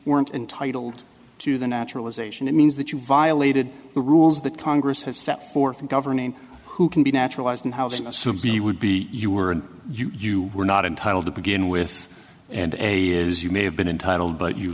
weren't entitled to the naturalization it means that you violated the rules that congress has set forth in governing who can be naturalized and housing assumes you would be you were you were not entitled to begin with and as you may have been entitled but you